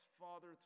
Father